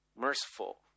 merciful